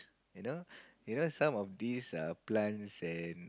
you know you know some of this err plants and